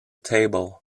table